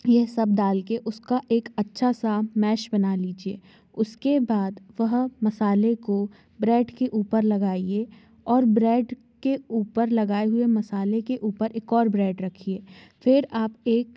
यह सब डाल के उसका एक अच्छा सा मैश बना लीजिए उसके बाद वह मसाले को ब्रेड के ऊपर लगाइए और ब्रेड के ऊपर लगाए हुए मसाले के ऊपर एक और ब्रेड रखिए फिर आप एक